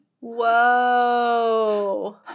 whoa